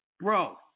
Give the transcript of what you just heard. Bro